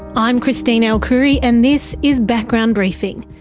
i'm christine el-khoury and this is background briefing.